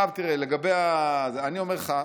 אני אומר לך,